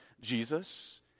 Jesus